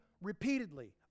Repeatedly